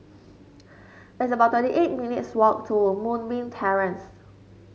it's about twenty eight minutes' walk to Moonbeam Terrace